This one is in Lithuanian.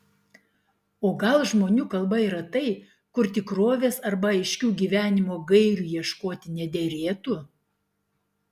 o gal žmonių kalba yra tai kur tikrovės arba aiškių gyvenimo gairių ieškoti nederėtų